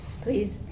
Please